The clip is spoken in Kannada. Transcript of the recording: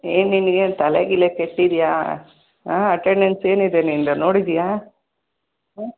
ಏನು ನಿನ್ಗೇನು ತಲೆ ಗಿಲೆ ಕೆಟ್ಟಿದೆಯಾ ಹಾಂ ಅಟೆಂಡೆನ್ಸ್ ಏನಿದೆ ನಿಂದು ನೋಡಿದೆಯಾ ಹ್ಞೂ